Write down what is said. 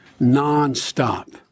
nonstop